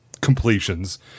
completions